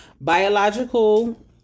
Biological